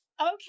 Okay